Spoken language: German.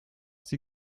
sie